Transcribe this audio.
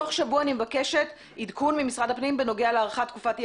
תוך שבוע אני מבקשת עדכון ממשרד הפנים בנוגע להארכת תקופת אי